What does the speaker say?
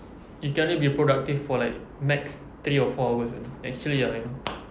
you can only be productive for like max three or four hours ah actually ah you know